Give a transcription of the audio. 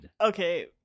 Okay